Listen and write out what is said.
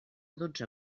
dotze